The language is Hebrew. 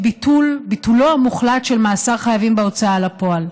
ביטולו המוחלט של מאסר חייבים בהוצאה לפועל.